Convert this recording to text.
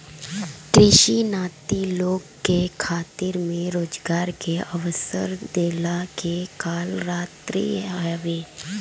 कृषि नीति लोग के खेती में रोजगार के अवसर देहला के काल करत हवे